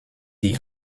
die